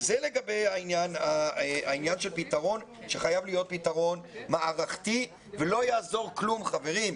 חייב להיות פתרון מערכתי ולא יעזור כלום, חברים,